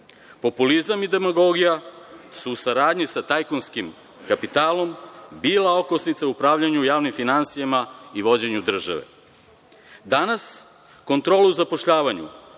Populizam i demagogija su u saradnji sa tajkunskim kapitalom bila okosnica u upravljanju javnim finansijama i vođenju države. Danas kontrola u zapošljavanju,